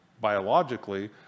biologically